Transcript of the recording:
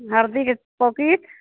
हरदीके packet